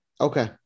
Okay